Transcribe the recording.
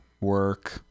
work